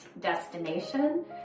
destination